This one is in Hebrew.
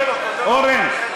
אורן,